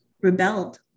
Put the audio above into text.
rebelled